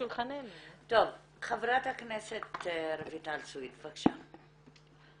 חברת הכנסת רויטל סוויד בבקשה.